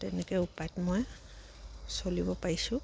তেনেকে উপায়ত মই চলিব পাৰিছোঁ